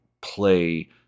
play